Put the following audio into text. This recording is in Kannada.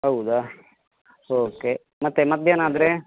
ಹೌದಾ ಓಕೆ ಮತ್ತೆ ಮಧ್ಯಾಹ್ನ ಆದರೆ